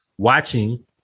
Watching